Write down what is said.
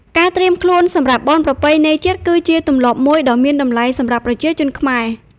ការត្រៀមខ្លួនសម្រាប់បុណ្យប្រពៃណីជាតិ គឺជាទម្លាប់មួយដ៏មានតម្លៃសម្រាប់ប្រជាជនខ្មែរ។